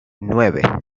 nueve